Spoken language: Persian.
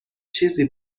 چیزی